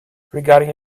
regarding